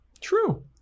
True